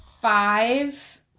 five